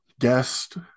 guest